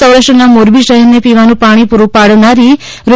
સૌરાષ્ટ્રના મોરબી શહેરને પીવાનું પાણી પૂરું પાડનારી રૂ